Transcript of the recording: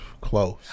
close